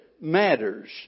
matters